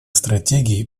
стратегий